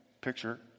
Picture